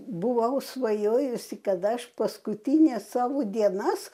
buvau svajojusi kad aš paskutines savo dienas